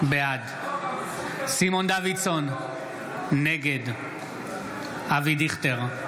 בעד סימון דוידסון, נגד אבי דיכטר,